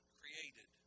created